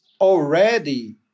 already